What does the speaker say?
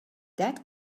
that